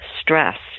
stress